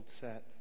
set